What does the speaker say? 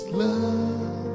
love